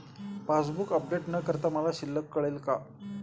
Passbook update न करता मला शिल्लक कळेल का?